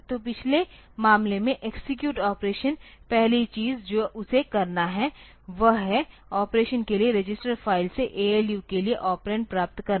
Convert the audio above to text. तो पिछले मामले में एक्सेक्यूट ऑपरेशन पहली चीज जो उसे करना है वह है ऑपरेशन के लिए रजिस्टर फाइल से ALU के लिए ऑपरेंड प्राप्त करना